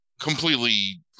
completely